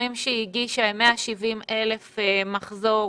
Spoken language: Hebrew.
הסכומים שהיא הגישה הם 170,000 שקלים במחזור